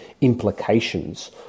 implications